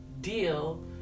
deal